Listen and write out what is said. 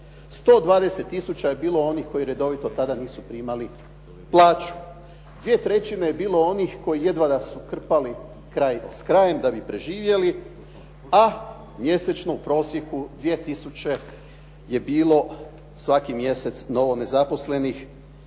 120 tisuća je bilo onih koji redovito tada nisu primali plaću, 2/3 je bilo onih koji jedva da su krpali kraj s krajem da bi preživjeli a mjesečno u prosjeku 2 tisuće je bilo svaki mjesec novonezaposlenih